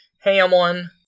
Hamlin